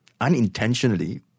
unintentionally